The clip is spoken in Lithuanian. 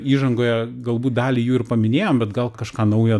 įžangoje galbūt dalį jų ir paminėjom bet gal kažką naujo